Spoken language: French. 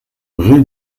rue